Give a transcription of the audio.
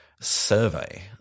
Survey